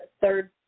third